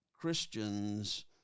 Christians